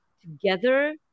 together